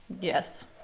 Yes